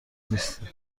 نیستین